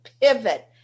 pivot